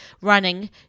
running